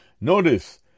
notice